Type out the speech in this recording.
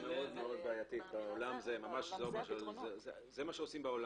זה מה שעושים בעולם.